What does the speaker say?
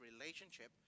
relationship